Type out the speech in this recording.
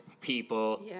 people